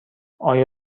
آیا